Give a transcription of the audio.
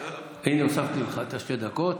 הינה, הוספתי לך את שתי הדקות.